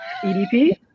EDP